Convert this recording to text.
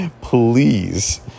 please